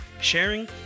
sharing